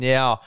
Now